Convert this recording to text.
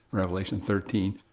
revelation thirteen.